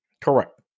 Correct